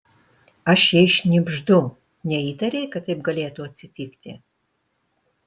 aš jai šnibždu neįtarei kad taip galėtų atsitikti